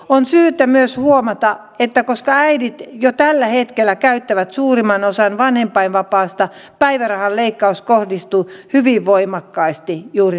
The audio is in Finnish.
on syytä myös huomata että koska äidit jo tällä hetkellä käyttävät suurimman osan vanhempainvapaasta päivärahan leikkaus kohdistuu hyvin voimakkaasti juuri naisiin